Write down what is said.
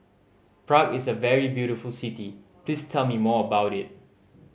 Prague is a very beautiful city please tell me more about it